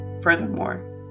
furthermore